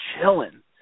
chilling